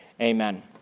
amen